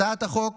הצעת החוק